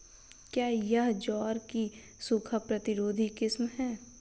क्या यह ज्वार की सूखा प्रतिरोधी किस्म है?